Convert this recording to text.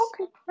Okay